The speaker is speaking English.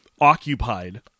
occupied